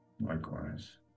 Likewise